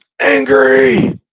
angry